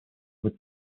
with